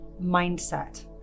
mindset